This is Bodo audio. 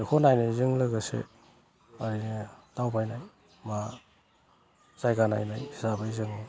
बेखौ नायनायजों लोगोसे दावबायनाय मा जायगा नायनाय जाबाय जों